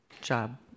job